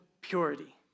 purity